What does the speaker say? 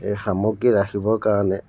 এই সামগ্ৰী ৰাখিবৰ কাৰণে